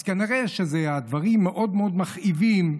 אז כנראה שהדברים מאוד מאוד מכאיבים,